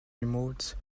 remote